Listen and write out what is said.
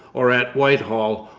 or at whitehall,